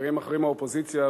חברים אחרים מהאופוזיציה,